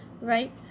right